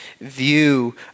view